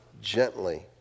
Gently